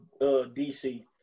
DC